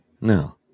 no